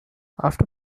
after